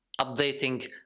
updating